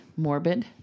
Morbid